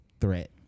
threat